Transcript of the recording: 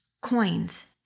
Coins